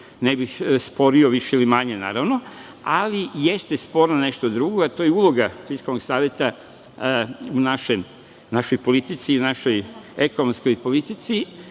ne bih sporio više ili manje, naravno. Ali, jeste sporno nešto drugo, a to je uloga Fiskalnog saveta u našoj politici, našoj ekonomskoj politici,